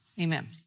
Amen